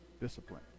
Discipline